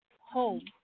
home